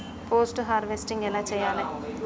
Post harvesting ఎలా చెయ్యాలే?